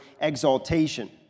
exaltation